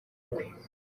ukwe